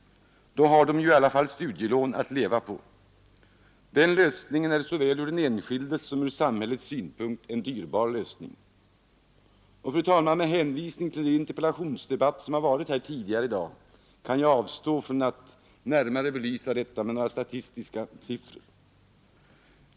De har ju då i alla fall studielån att leva på. Den lösningen är såväl ur den enskildes som ur samhällets synpunkt en dyrbar lösning. Fru talman! Med hänvisning till interpellationsdebatten tidigare i dag kan jag avstå ifrån att närmare belysa detta med statistiska siffror.